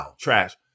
trash